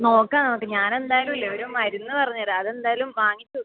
നോക്കാം നമുക്ക് ഞാൻ എന്തായാലും ഇല്ലേ ഒരു മരുന്ന് പറഞ്ഞ് തരാം അത് എന്തായാലും വാങ്ങിച്ച് വെയ്ക്ക്